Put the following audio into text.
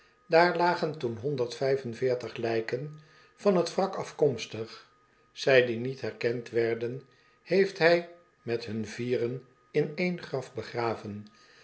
daar lagen toen honderd vijf en veertig lijken van t wrak afkomstig zij die niet herkend werden heeft hij met hun vieren in één graf begraven